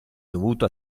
dovuto